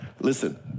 listen